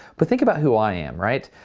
but think about who i am, right?